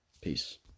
Peace